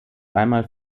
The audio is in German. einmal